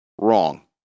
Wrong